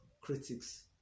critics